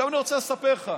אני רוצה לספר לך,